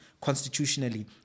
constitutionally